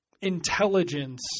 intelligence